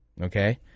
okay